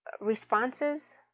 responses